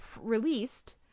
released